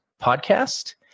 Podcast